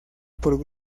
por